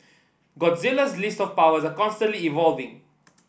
Godzilla's list of power are constantly evolving